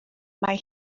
mae